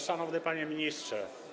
Szanowny Panie Ministrze!